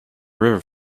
river